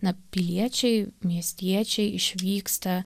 na piliečiai miestiečiai išvyksta